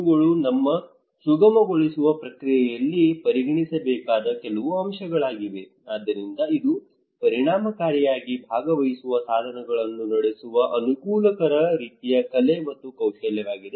ಇವುಗಳು ನಾವು ಸುಗಮಗೊಳಿಸುವ ಪ್ರಕ್ರಿಯೆಯಲ್ಲಿ ಪರಿಗಣಿಸಬೇಕಾದ ಕೆಲವು ಅಂಶಗಳಾಗಿವೆ ಆದ್ದರಿಂದ ಇದು ಪರಿಣಾಮಕಾರಿಯಾಗಿ ಭಾಗವಹಿಸುವ ಸಾಧನಗಳನ್ನು ನಡೆಸಲು ಅನುಕೂಲಕರ ರೀತಿಯ ಕಲೆ ಮತ್ತು ಕೌಶಲ್ಯವಾಗಿದೆ